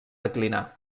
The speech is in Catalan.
declinar